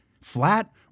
flat